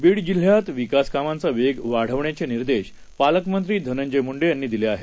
बीड जिल्ह्यात विकास कामांचा वेग वाढवण्याचे निर्देश पालकमंत्री धनंजय मुंडे यांनी दिले आहेत